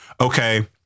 okay